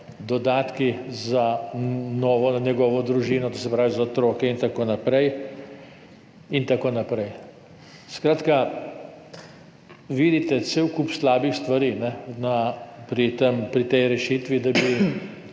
dodatki za njegovo novo družino, to se pravi za otroke in tako naprej in tako naprej. Skratka, vidite cel kup slabih stvari pri tej rešitvi, da bi